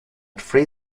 three